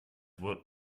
what